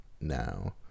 now